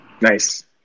nice